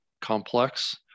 complex